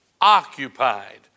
Occupied